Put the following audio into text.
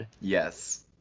Yes